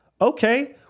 okay